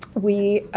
we, ah,